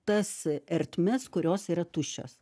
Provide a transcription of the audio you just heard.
tas ertmes kurios yra tuščios